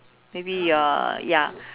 maybe your ya